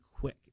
quick